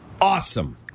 Awesome